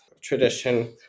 tradition